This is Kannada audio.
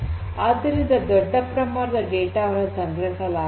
ಆದ್ದರಿಂದ ದೊಡ್ಡ ಪ್ರಮಾಣದ ಡೇಟಾ ವನ್ನು ಸಂಗ್ರಹಿಸಲಾಗುತ್ತದೆ